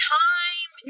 time